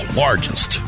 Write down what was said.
largest